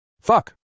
Fuck